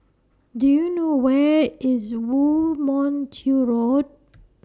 Do YOU know Where IS Woo Mon Chew Road